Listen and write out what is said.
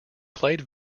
played